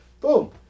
Boom